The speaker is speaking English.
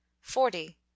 forty